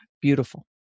Beautiful